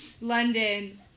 London